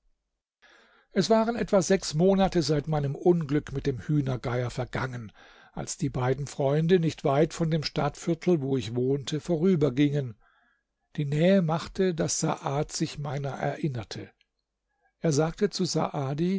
es waren etwa sechs monate seit meinem unglück mit dem hühnergeier vergangen als die beiden freunde nicht weit von dem stadtviertel wo ich wohnte vorübergingen die nähe machte daß saad sich meiner erinnerte er sagte zu saadi